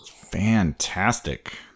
fantastic